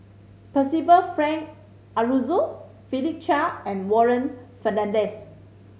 Percival Frank Aroozoo Philip Chia and Warren Fernandez